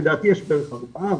לדעתי יש בערך ארבעה,